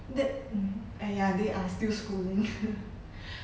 that um !aiya! they are still schooling